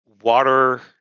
water